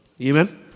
Amen